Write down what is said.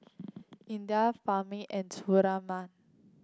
Indah Fahmi and Surinam